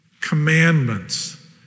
commandments